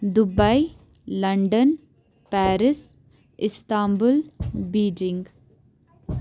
Dubai London Paris Istanbul Beijing